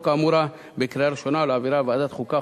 האמורה בקריאה ראשונה ולהעבירה לוועדת החוקה,